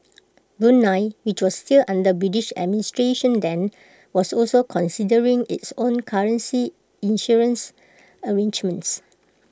Brunei which was still under British administration then was also considering its own currency issuance arrangements